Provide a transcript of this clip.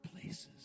places